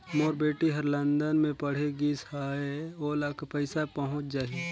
मोर बेटी हर लंदन मे पढ़े गिस हय, ओला पइसा पहुंच जाहि?